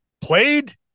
played